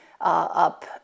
up